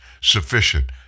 sufficient